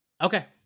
Okay